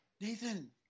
Nathan